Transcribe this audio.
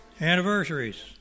Anniversaries